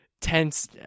tense